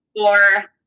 or,